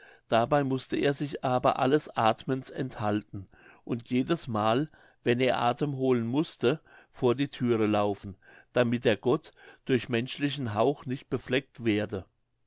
dabei mußte er sich aber alles athmens enthalten und jedesmal wenn er athem holen mußte vor die thüre laufen damit der gott durch menschlichen hauch nicht befleckt werde